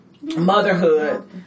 motherhood